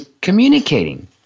communicating